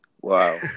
Wow